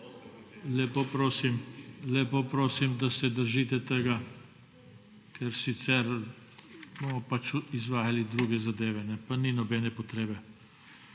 Lepo prosim, da se držite tega, ker sicer bomo izvajali druge zadeve pa ni nobene potrebe.